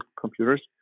computers